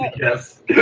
Yes